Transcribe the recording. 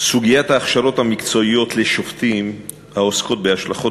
סוגיית ההכשרות המקצועיות לשופטים העוסקות בהשלכות